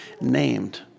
named